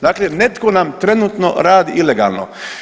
Dakle netko nam trenutno radi ilegalno.